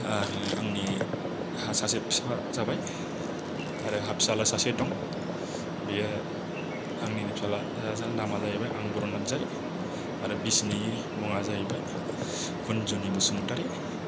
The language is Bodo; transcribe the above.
आरो आंनि आं सासे बिफा जाबाय आरो आंहा फिसाज्ला सासे दं बियो आंनिनो फिसाज्ला नामा जाहैबाय आंबर' नार्जारि आरो बिसिनि मुङा जाहैबाय कुनजुनि बसुमातारि